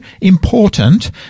important